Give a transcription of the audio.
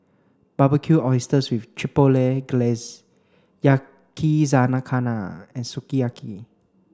Barbecued Oysters with Chipotle Glaze Yakizakana and Sukiyaki